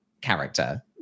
character